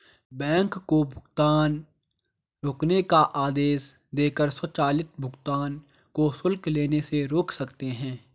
bank को भुगतान रोकने का आदेश देकर स्वचालित भुगतान को शुल्क लेने से रोक सकते हैं